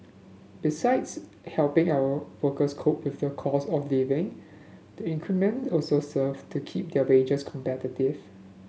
besides helping our workers cope with the cost of living the increment also serve to keep their wages competitive